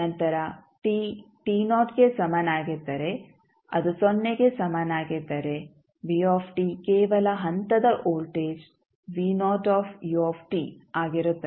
ನಂತರ t ಗೆ ಸಮನಾಗಿದ್ದರೆ ಅದು ಸೊನ್ನೆಗೆ ಸಮನಾಗಿದ್ದರೆ v ಕೇವಲ ಹಂತದ ವೋಲ್ಟೇಜ್ ಆಗಿರುತ್ತದೆ